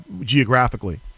geographically